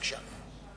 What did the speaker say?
בבקשה.